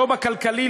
לא בכלכלי,